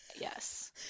Yes